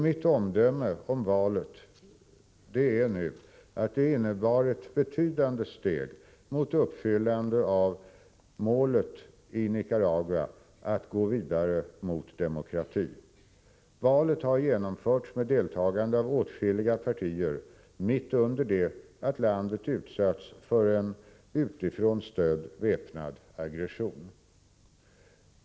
Mitt omdöme om valet är nu att det innebar ett betydande steg mot uppfyllande av målet i Nicaragua, att gå vidare mot demokrati. Valet har genomförts med deltagande av åtskilliga partier, mitt under det att landet utsatts för en utifrån stödd väpnad aggression.